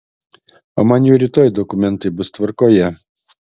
o man jau rytoj dokumentai bus tvarkoje